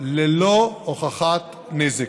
ללא הוכחת נזק.